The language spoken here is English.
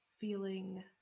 feeling